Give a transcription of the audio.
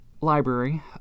library